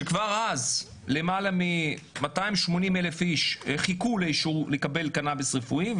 שכבר אז למעלה מ-280,000 איש חיכו לאישור לקבל קנאביס רפואי,